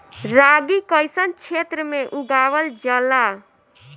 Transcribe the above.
रागी कइसन क्षेत्र में उगावल जला?